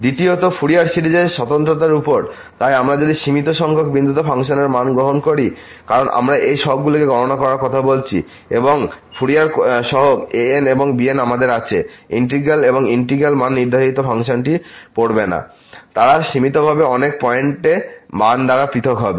দ্বিতীয়ত ফুরিয়ার সিরিজের স্বতন্ত্রতার উপর তাই যদি আমরা সীমিত সংখ্যক বিন্দুতে ফাংশনের মান পরিবর্তন করি কারণ আমরা এই সহগগুলিকে গণনা করার কথা বলছি এবং ফুরিয়ার সহগ an এবং bn আমাদের আছে ইন্টিগ্রাল এবং ইন্টিগ্রাল মান নির্ধারিত ফাংশনটি পড়বে না তারা সীমিতভাবে অনেক পয়েন্টে মান দ্বারা পৃথক হবে